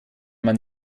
man